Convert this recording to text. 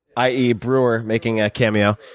i e. brewer making a cameo.